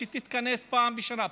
שתתכנס פעם בשנה,